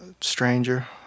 stranger